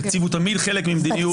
תקציב הוא תמיד חלק ממדיניות.